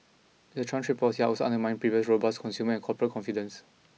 Mister Trump's trade policies are also undermining previously robust consumer and corporate confidence